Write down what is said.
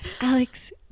Alex